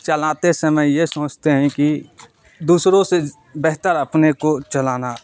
چلاتے سمے یہ سوچتے ہیں کہ دوسروں سے بہتر اپنے کو چلانا